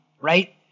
right